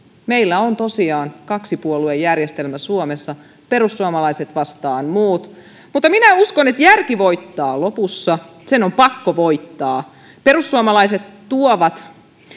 meillä on tosiaan kaksipuoluejärjestelmä suomessa perussuomalaiset vastaan muut mutta minä uskon että järki voittaa lopussa sen on pakko voittaa perussuomalaiset tuovat